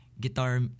guitar